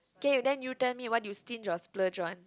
K then you tell me what you sting or splurge one